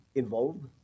involved